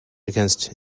against